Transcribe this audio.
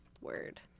Word